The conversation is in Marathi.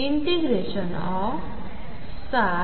चे काय